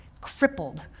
crippled